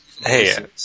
Hey